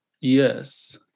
Yes